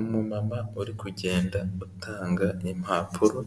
Umumama uri kugenda utanga impapuro